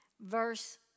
verse